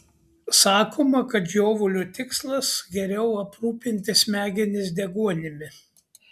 sakoma kad žiovulio tikslas geriau aprūpinti smegenis deguonimi